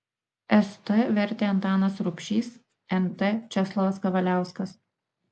st vertė antanas rubšys nt česlovas kavaliauskas